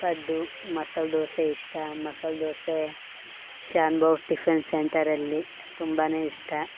ಪಡ್ಡು ಮಸಾಲೆ ದೋಸೆ ಇಷ್ಟ ಮಸಾಲೆ ದೋಸೆ ಶ್ಯಾನ್ಬೋಗ ಟಿಫನ್ ಸೆಂಟರಲ್ಲಿ ತುಂಬಾ ಇಷ್ಟ